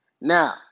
Now